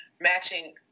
matching